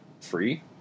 free